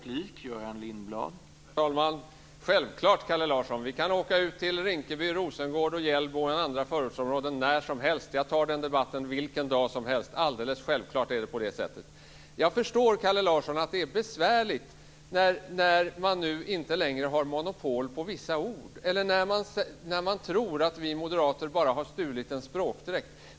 Herr talman! Självklart gör jag det, Kalle Larsson. Vi kan åka ut till Rinkeby, Rosengård och Hjällbo eller andra förortsområden när som helst. Jag tar den debatten vilken dag som helst. Alldeles självklart är det så. Jag förstår, Kalle Larsson, att det är besvärligt när man inte längre har monopol på vissa ord eller när man tror att vi moderater bara har stulit en språkdräkt.